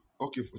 Okay